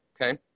okay